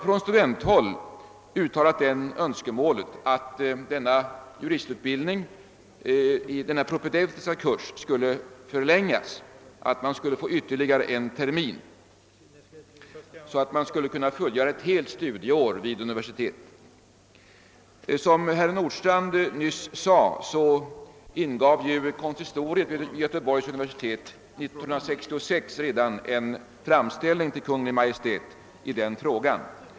Från studenthåll har uttalats önskemål om att juristutbildningen vid Göteborgs universitet förlänges ytterligare en termin, så att man kan fullgöra ett helt studieår vid universitetet. Som herr Nordstrandh sade ingav konsistoriet vid Göteborgs universitet redan 1966 en framställning till Kungl. Maj:t i denna fråga.